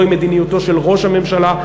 זוהי מדיניותו של ראש הממשלה.